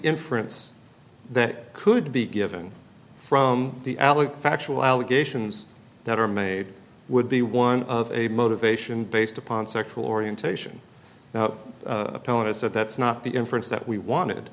inference that could be given from the alec factual allegations that are made would be one of a motivation based upon sexual orientation now telling us that that's not the inference that we wanted